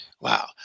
Wow